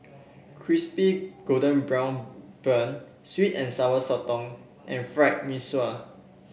Crispy Golden Brown Bun sweet and Sour Sotong and Fried Mee Sua